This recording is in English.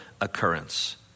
occurrence